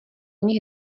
nich